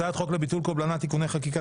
הצעת חוק לביטול קובלנה (תיקוני חקיקה),